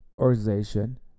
organization